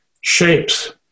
shapes